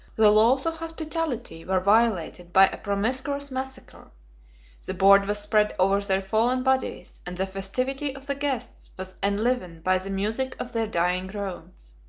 the laws of hospitality were violated by a promiscuous massacre the board was spread over their fallen bodies and the festivity of the guests was enlivened by the music of their dying groans.